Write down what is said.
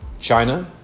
China